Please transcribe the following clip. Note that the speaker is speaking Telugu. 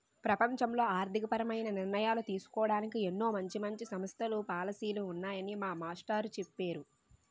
ప్రపంచంలో ఆర్థికపరమైన నిర్ణయాలు తీసుకోడానికి ఎన్నో మంచి మంచి సంస్థలు, పాలసీలు ఉన్నాయని మా మాస్టారు చెప్పేరు